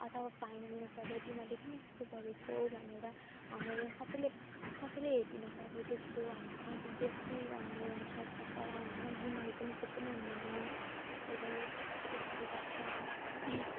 अथवा फाइन लिनु पर्यो तिमीहरूले किन यस्तो गरेको भनेर हाम्रो यहाँ सबैले सबैले हेरिदिनु पर्यो त्यस्तो हाम्रो किनकि देश पनि राम्रो हुन्छ सफा होइन बिमारी पनि कोही पनि हुँदैन त्यसरी त्यसरी गर्दा